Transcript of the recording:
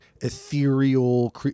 ethereal